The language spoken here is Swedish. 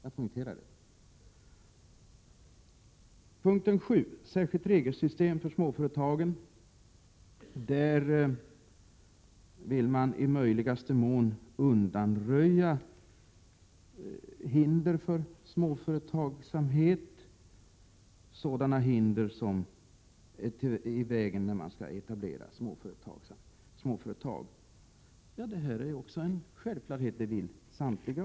möjligaste mån undanröja hinder för småföretagsamhet, dvs. sådana hinder — Prot. 1987/88:115 som är i vägen när småföretag skall etableras. Detta är också en självklarhet 5 maj 1988 det vill samtliga.